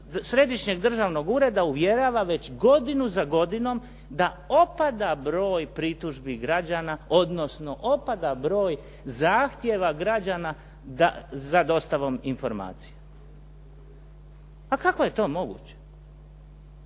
Središnjeg državnog ureda uvjerava već godinu za godinom da opada broj pritužbi građana, odnosno opada broj zahtjeva građana za dostavom informacija. Pa kako je to moguće?